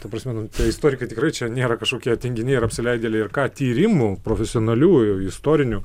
ta prasme nu tie istorikai tikrai čia nėra kažkokie tinginiai ar apsileidėliai ar ką tyrimų profesionaliųjų istorinių